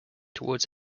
towards